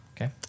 Okay